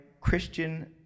Christian